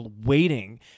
waiting